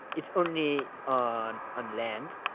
it's only on on land,